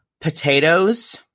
potatoes